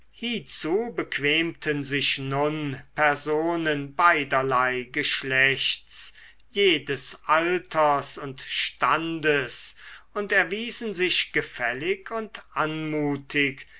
hiezu bequemten sich nun personen beiderlei geschlechts jedes alters und standes und erwiesen sich gefällig und anmutig